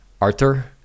Arthur